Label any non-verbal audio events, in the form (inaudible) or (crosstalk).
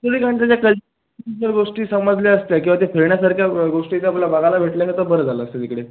(unintelligible) गोष्टी समजल्या असत्या किंवा त्या फिरण्यासारख्या ग गोष्टी जर आपल्याला बघायला भेटल्या तर बरं झालं असतं तिकडे